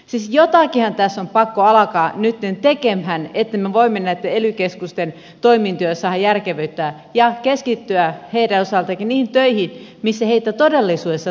siis jotakinhan tässä on pakko alkaa nytten tekemään että me voimme näitten ely keskusten toimintoja järkevöittää ja keskittyä heidän osaltaankin niihin töihin missä heitä todellisuudessa tarvitaan